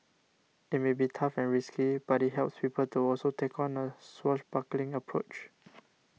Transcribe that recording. it may be tough and risky but it helps people to also take on a swashbuckling approach